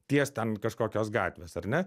tiest ten kažkokios gatvės ar ne